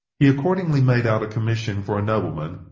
he accordingly made out a commission for a nobleman,